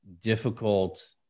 difficult